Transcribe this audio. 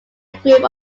group